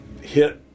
hit